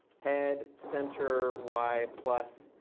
head center y plus